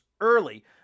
early